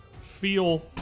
feel